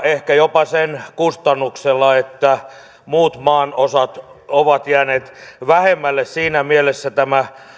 ehkä jopa sen kustannuksella että muut maanosat ovat jääneet vähemmälle siinä mielessä tämä